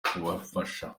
kubafasha